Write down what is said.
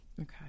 Okay